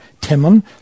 Timon